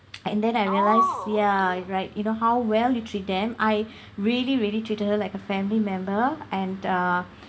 and then I realised ya right you know how well you treat them I really really treated her like a family member and err